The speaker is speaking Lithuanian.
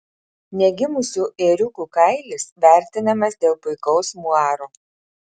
negimusių ėriukų kailis vertinamas dėl puikaus muaro